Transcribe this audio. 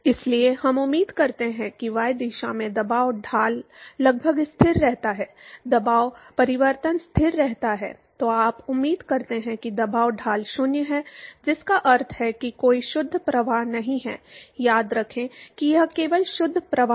इसलिए हम उम्मीद करते हैं कि y दिशा में दबाव ढाल लगभग स्थिर रहता है दबाव परिवर्तन स्थिर रहता है तो आप उम्मीद करते हैं कि दबाव ढाल 0 है जिसका अर्थ है कि कोई शुद्ध प्रवाह नहीं है याद रखें कि यह केवल शुद्ध प्रवाह है